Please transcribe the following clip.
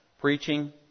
preaching